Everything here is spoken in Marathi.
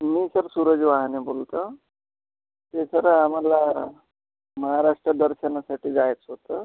मी सर सूरज वहाने बोलत आहे ते सर आम्हाला महाराष्ट्र दर्शनासाठी जायचं होतं